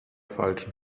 falschen